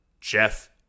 Jeff